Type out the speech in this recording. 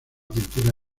pintura